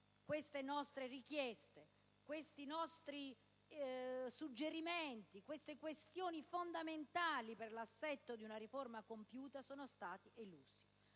le nostre richieste e i nostri suggerimenti rispetto a questioni fondamentali per l'assetto di una riforma compiuta sono stati elusi.